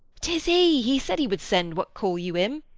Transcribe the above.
tis he, he said he would send what call you him?